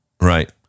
right